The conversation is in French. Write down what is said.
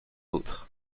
autres